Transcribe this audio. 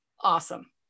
Awesome